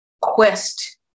quest